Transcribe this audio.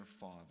father